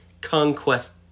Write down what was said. conquest